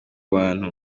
bantu